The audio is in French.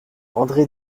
andré